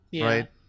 right